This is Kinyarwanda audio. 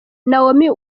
naomi